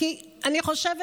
כי אני חושבת,